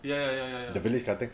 ya ya ya ya ya